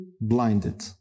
blinded